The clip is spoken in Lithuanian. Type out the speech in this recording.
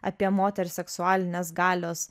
apie moters seksualinės galios